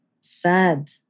sad